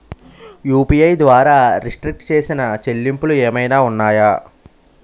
UPI ద్వారా restrict చేసిన చెల్లింపులు ఏమైనా ఉన్నాయా?